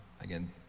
again